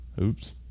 oops